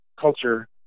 culture